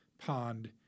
pond